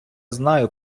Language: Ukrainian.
знаю